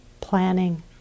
planning